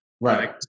Right